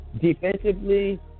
Defensively